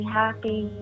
happy